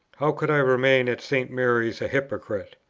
how could i remain at st. mary's a hypocrite?